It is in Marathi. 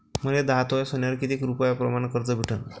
मले दहा तोळे सोन्यावर कितीक रुपया प्रमाण कर्ज भेटन?